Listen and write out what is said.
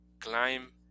climb